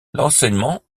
l’enseignement